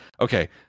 okay